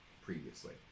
previously